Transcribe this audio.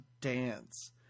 dance